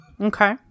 Okay